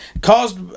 caused